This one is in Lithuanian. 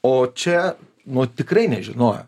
o čia nu tikrai nežinojau